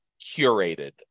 curated